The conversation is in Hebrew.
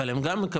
אבל הם גם מקבלים.